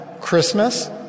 Christmas